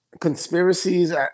conspiracies